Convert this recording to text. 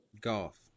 Golf